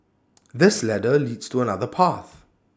this ladder leads to another path